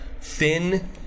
thin